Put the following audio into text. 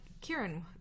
Kieran